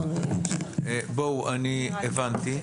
הבנתי.